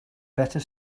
better